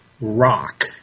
rock